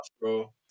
bro